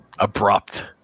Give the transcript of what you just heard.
abrupt